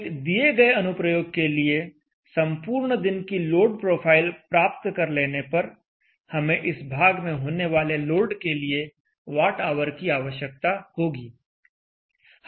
एक दिए गए अनुप्रयोग के लिए संपूर्ण दिन की लोड प्रोफाइल प्राप्त कर लेने पर हमें इस भाग में होने वाले लोड के लिए वाट आवर की आवश्यकता होगी